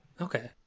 Okay